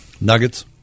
Nuggets